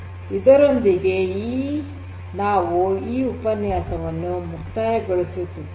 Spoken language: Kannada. ಇದರೊಂದಿಗೆ ನಾವು ಈ ಉಪನ್ಯಾಸವನ್ನು ಮುಕ್ತಾಯಗೊಳಿಸುತ್ತಿದ್ದೇವೆ